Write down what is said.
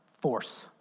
force